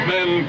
Men